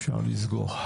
אפשר לסגור.